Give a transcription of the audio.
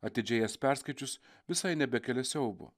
atidžiai jas perskaičius visai nebekelia siaubo